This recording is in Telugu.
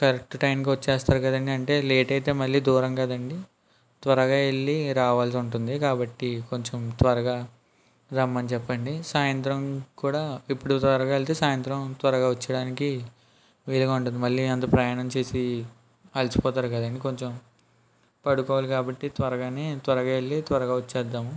కరెక్ట్ టైయానికి వచ్చేస్తారు కదండీ అంటే లేట్ అయితే మళ్ళీ దూరం కదండి త్వరగా వెళ్ళి రావల్సి ఉంటుంది కాబట్టి కొంచెం త్వరగా రమ్మని చెప్పండి సాయంత్రం కూడా ఇప్పుడు త్వరగా వెళ్తే సాయంత్రం త్వరగా వచ్చేయడానికి వీలుగా ఉంటుంది మళ్ళీ అంత ప్రయాణం చేసి అలసిపోతారు కదండి కొంచెం పడుకోవాలి కాబట్టి త్వరగానే త్వరగా వెళ్ళి త్వరగా వచ్చేద్దాము